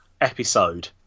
episode